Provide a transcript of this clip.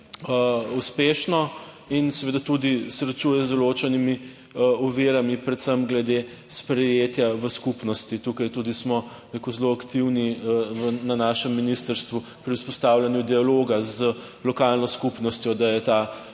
uspešno in seveda tudi srečuje z določenimi ovirami, predvsem glede sprejetja v skupnosti. Tukaj smo tudi, bi rekel, zelo aktivni na našem ministrstvu pri vzpostavljanju dialoga z lokalno skupnostjo, da bi do